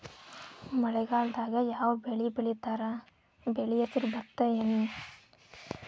ಮಳೆಗಾಲದಾಗ್ ಯಾವ್ ಬೆಳಿ ಬೆಳಿತಾರ, ಬೆಳಿ ಹೆಸರು ಭತ್ತ ಏನ್?